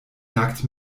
merkt